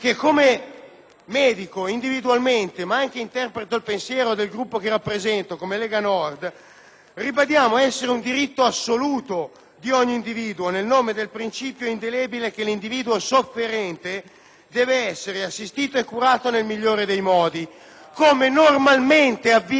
ritengo essere un diritto assoluto di ogni individuo nel nome del principio indelebile che l'individuo sofferente deve essere assistito e curato nel migliore dei modi, come normalmente avviene grazie all'opera dei nostri medici e dei nostri infermieri in tutti gli ospedali d'Italia.